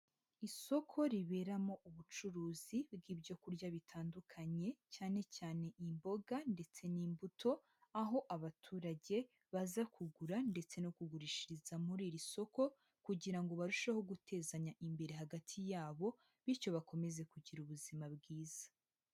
Isoko riberamo ubucuruzi bw'ibyo kurya bitandukanye cyane cyane imboga ndetse n'imbuto, aho abaturage baza kugura ndetse no kugurishiriza muri iri soko kugira ngo barusheho gutezanya imbere hagati yabo bityo bakomeze kugira ubuzima bwiza.